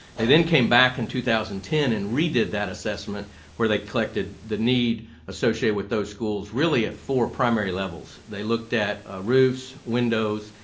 they then came back in two thousand and ten and redid that assessment where they collected the need associated with those schools really at four primary levels. they looked at roofs, windows,